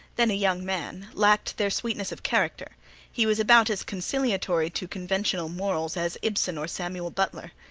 then a young man, lacked their sweetness of character he was about as conciliatory to conventional mortals as ibsen or samuel butler.